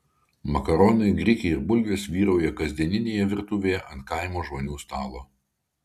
makaronai grikiai ir bulvės vyrauja kasdieninėje virtuvėje ant kaimo žmonių stalo